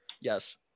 Yes